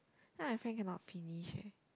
then my friend cannot finish leh